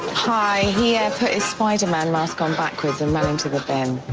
hi, he put his spiderman mask on backwards and ran into the bin.